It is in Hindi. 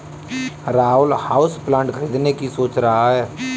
राहुल हाउसप्लांट खरीदने की सोच रहा है